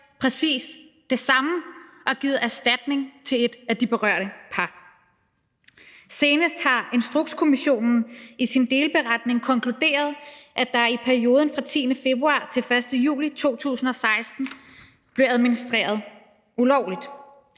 præcis det samme og har givet erstatning til et af de berørte par. Senest har Instrukskommissionen i sin delberetning konkluderet, at der i perioden fra den 10. februar til den 1. juli 2016 blev administreret ulovligt.